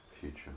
future